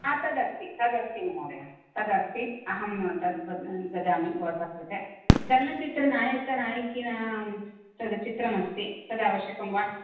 तदस्ति तदस्ति महोदया तदस्ति अहं तद् ददामि भवतः कृते चलनचित्रनायकनायिकीनां चलच्चित्रमस्ति तद् आवश्यकं वा